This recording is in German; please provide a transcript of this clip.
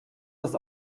das